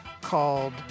called